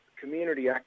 community